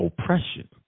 oppression